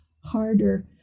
harder